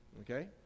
Okay